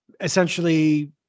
essentially